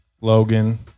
Logan